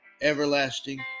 everlasting